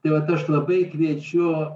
tai vat aš labai kviečiu